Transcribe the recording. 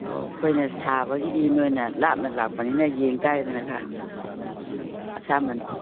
ꯑꯧ ꯑꯩꯈꯣꯏꯅ ꯁꯥꯕꯒꯤꯗꯤ ꯅꯣꯏꯅ ꯂꯥꯞꯅ ꯂꯥꯛꯄꯅꯤꯅ ꯌꯦꯡꯇꯥꯔꯦꯗꯅ ꯈꯔ ꯅꯪꯅ ꯑꯁꯥꯃꯟꯗꯣ